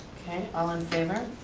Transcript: okay, all in favor?